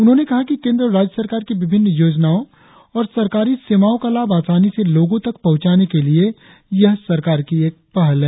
उन्होंने कहा केंद्र और राज्य सरकार की विभिन्न योजनाओं और सरकारी सेवाओं का लाभ आसानी से लोगों तक पहुंचाने के लिए यह सरकारी की एक पहल है